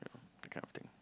yeah that kind of thing